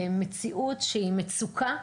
מציאות שהיא מצוקה,